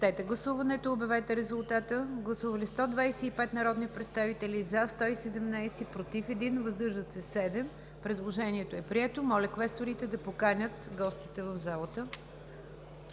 Ви. Гласуваме за допуск в залата. Гласували 125 народни представители: за 117, против 1, въздържали се 7. Предложението е прието. Моля квесторите да поканят гостите в залата.